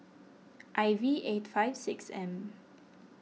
I V eight five six M